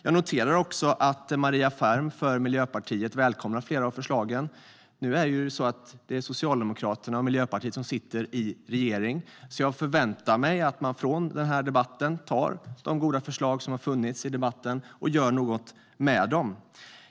Jag noterar också att Maria Ferm från Miljöpartiet välkomnar flera av förslagen. Det är Socialdemokraterna och Miljöpartiet som sitter i regering, och jag förväntar mig att man från den här debatten tar med sig de goda förslag som har kommit och gör något av dem.